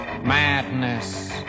Madness